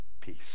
peace